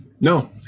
no